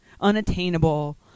Unattainable